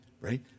Right